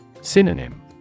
Synonym